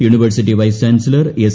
university vice chancellor S